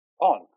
on